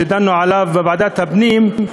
שדנו עליו בוועדת הפנים.